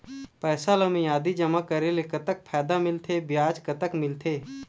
पैसा ला मियादी जमा करेले, कतक फायदा मिलथे, ब्याज कतक मिलथे?